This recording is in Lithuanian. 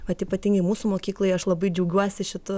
vat ypatingai mūsų mokykloj aš labai džiaugiuosi šitu